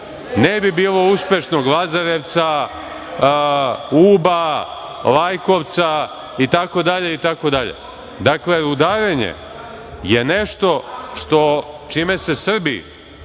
ne bi bilo uspešnog Lazarevca, Uba, Lajkovca, itd, itd. Dakle, rudarenje je nešto čime se Srbi,